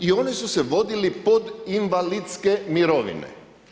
I oni su se vodili pod invalidske mirovine.